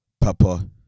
papa